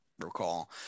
recall